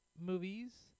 movies